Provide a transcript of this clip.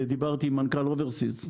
דיברתי עם מנכ"ל "Overseas".